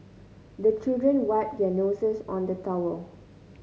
the children wipe their noses on the towel